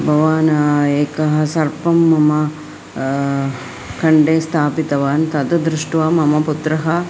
भवान् एकं सर्पं मम खण्डे स्थापितवान् तद् दृष्ट्वा मम पुत्रः